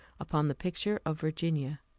upon the picture of virginia.